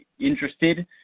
interested